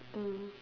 mm